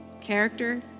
Character